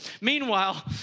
Meanwhile